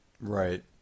Right